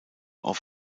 auf